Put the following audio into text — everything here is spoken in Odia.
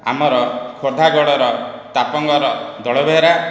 ଆମର ଖୋର୍ଦ୍ଧାଗଡ଼ର ତାପଙ୍ଗର ଦଳବେହେରା